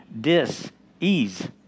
dis-ease